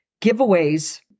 Giveaways